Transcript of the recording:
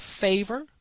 favor